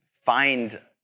find